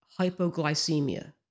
hypoglycemia